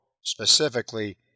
specifically